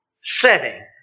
setting